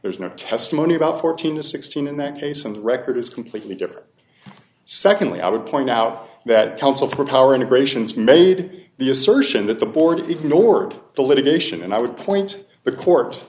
there's no testimony about fourteen to sixteen in that case and the record is completely different secondly i would point out that counsel for power integrations made the assertion that the board ignored the litigation and i would point the court